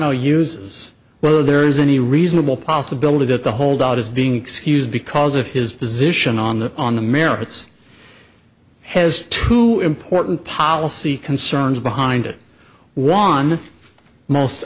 no use is whether there is any reasonable possibility that the holdout is being excused because of his position on the on the merits has two important policy concerns behind it one most